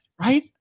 right